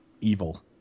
evil